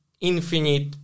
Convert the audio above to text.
infinite